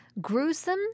gruesome